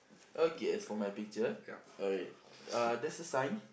okay as for my picture alright uh there's a sign